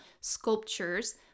sculptures